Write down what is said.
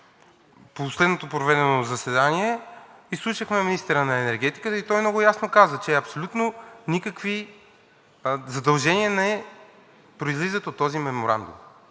в последното проведено заседание, ако не се лъжа, изслушахме министъра на енергетиката и той много ясно каза, че абсолютно никакви задължения не произлизат от този меморандум.